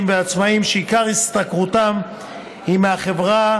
ועצמאים שעיקר השתכרותם הוא מהחברה,